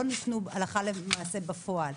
לא ניתנו הלכה למעשה בפועל.